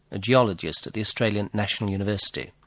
a geologist at the australian national university.